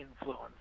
influence